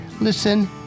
listen